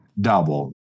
double